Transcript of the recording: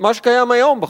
מה שקיים היום בחוק.